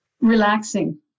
relaxing